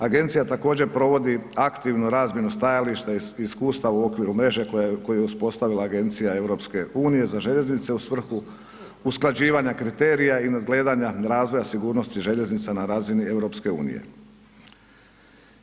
Agencija također provodi aktivnu razmjenu stajališta i iskustva u okviru mreže koju je uspostavila agencija EU-a za željeznice u svrhu usklađivanja kriterija i nadgledanja razvoja sigurnosti željeznica na razini EU-a.